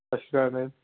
ਸਤਿ ਸ਼੍ਰੀ ਅਕਾਲ ਮੈਮ